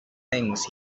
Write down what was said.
things